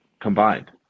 combined